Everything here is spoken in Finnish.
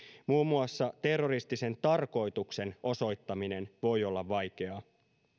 muun muassa terroristisen tarkoituksen osoittaminen voi olla vaikeaa